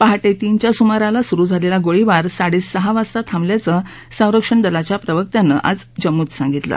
पहाटत्रीनच्या सुमाराला सुरु झालक्षी गोळीबार साडस्प्रहा वाजता थांबल्याचं संरक्षण दलाच्या प्रवक्त्यानं आज जम्मूत सांगितलं